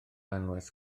anwes